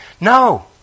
No